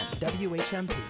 WHMP